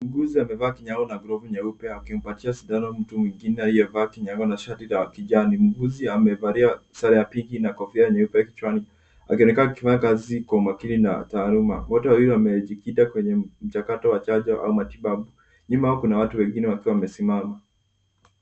Muuguzi amevaa kinyago na glavu nyeupe akimpatia sindano mtu mwingine aliyevaa kinyago na shati la kijani. Muuguzi amevalia sare ya pinki na kofia nyeupe kichani akionekana akifanya kazi kwa umakini na taaluma. Wote wawili wamejikita kwenye mchakato wa chanjo au matibabu. Nyuma, kuna watu wengine wakiw wamesimama.